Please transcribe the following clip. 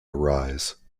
arise